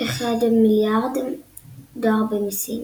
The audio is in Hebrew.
1.1 מיליארד דולר במיסים.